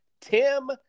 Tim